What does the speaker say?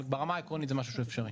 אבל ברמה העקרונית זה משהו שהוא אפשרי.